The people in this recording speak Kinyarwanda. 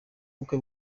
ubukwe